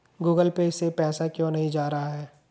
Google Pay से पैसा क्यों नहीं जा रहा है?